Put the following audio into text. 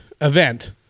event